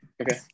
Okay